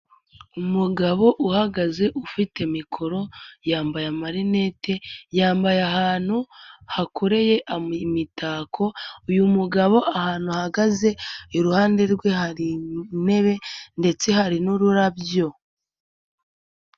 Umugabo uhagaze ufite mikoro, yambaye amarinete, yambaye ahantu hakoreye imitako, uyu mugabo ahantu ahahagaze iruhande rwe hari intebe ndetse hari n'ururabyo.